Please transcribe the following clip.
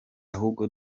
ahubwo